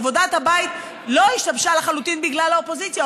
עבודת הבית לא השתבשה לחלוטין בגלל האופוזיציה.